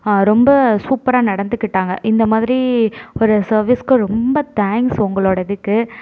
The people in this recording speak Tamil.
ரொம்ப சூப்பராக நடந்துகிட்டாங்க இந்த மாதிரி ஒரு சர்வீஸ்க்கு ரொம்ப தேங்க்ஸ் உங்களோட இதுக்கு